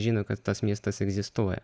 žino kad tas miestas egzistuoja